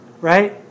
right